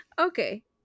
okay